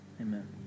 Amen